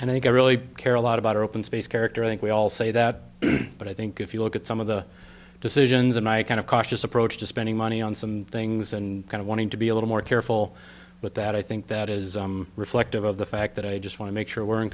i really care a lot about open space character i think we all say that but i think if you look at some of the decisions and i kind of cautious approach to spending money on some things and kind of wanting to be a little more careful with that i think that is reflective of the fact that i just want to make sure we're in